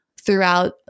throughout